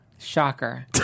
Shocker